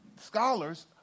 scholars